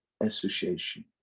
association